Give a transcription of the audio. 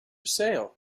sale